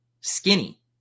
Skinny